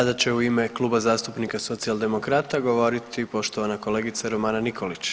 Sada će u ime Kluba zastupnika Socijaldemokrata govoriti poštovana kolegica Romana Nikolić.